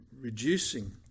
reducing